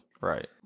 Right